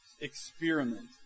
experiment